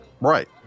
Right